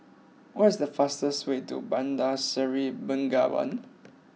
what is the fastest way to Bandar Seri Begawan